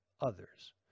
others